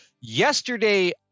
yesterday